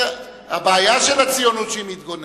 הבעיה של הציונות, שהיא מתגוננת.